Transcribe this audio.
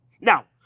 Now